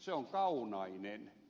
se on kaunainen